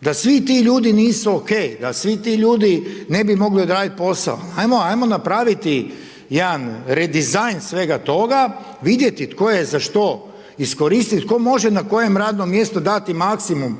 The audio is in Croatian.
da svi ti ljudi nisu ok, da svi ti ljudi ne bi mogli odraditi posao. Ajmo napraviti jedan redizajn svega toga, vidjeti tko je za što iskoristiv, tko može na kojem radnom mjestu dati maksimum